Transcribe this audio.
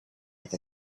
with